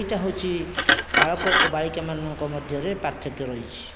ଏଇଟା ହେଉଛି ବାଳକ ଓ ବାଳିକାମାନଙ୍କ ମଧ୍ୟରେ ପାର୍ଥକ୍ୟ ରହିଛି